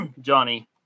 Johnny